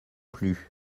plus